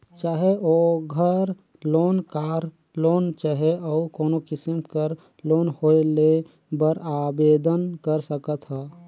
चाहे ओघर loan, car loan चहे अउ कोनो किसिम कर लोन होए लेय बर आबेदन कर सकत ह